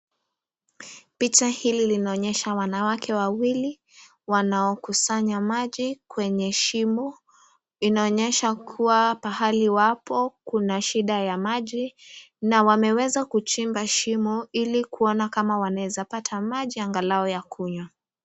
Picha hili linaonyesha wanawake wawili wanaokusanya maji kwenye shimo, inaonyesha kuwa pahali wapo kuna shida ya maji, na wameweza kuchimba shimo ili kuona kama wanaweza pata maji, angalau ya kunywa.